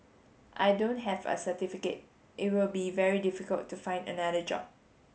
I don't have a certificate it will be very difficult to find another job